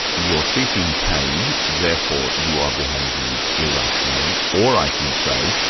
you're seeking pain, therefore you are behaving irrationally', or i can say,